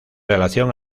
relación